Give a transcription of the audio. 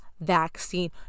vaccine